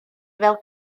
fel